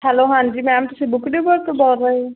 hello ਹਾਂਜੀ ma'am ਤੁਸੀਂ book editor ਬੋਲ ਰਹੇ ਓ